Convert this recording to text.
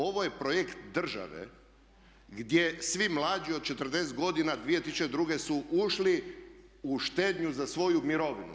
Ovo je projekt države gdje svi mlađi od 40 godina 2002. su ušli u štednju za svoju mirovinu.